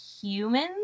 humans